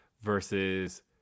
versus